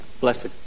blessed